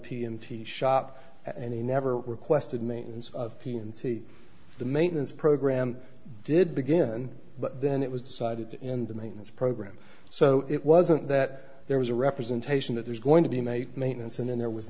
t shop and he never requested maintenance of p m t the maintenance program did begin but then it was decided in the maintenance program so it wasn't that there was a representation that there's going to be many maintenance and then there was